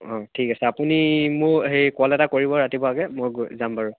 ঠিক আছে আপুনি মোক হেৰি কল এটা কৰিব ৰাতিপুৱাকৈ মই যাম বাৰু